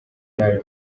y’ayo